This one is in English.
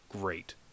great